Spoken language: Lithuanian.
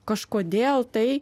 kažkodėl tai